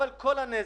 אבל כל הנזק,